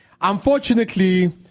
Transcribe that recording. unfortunately